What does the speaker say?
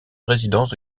résidence